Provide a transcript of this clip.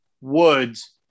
Woods